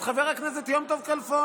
את חבר הכנסת יום טוב כלפון.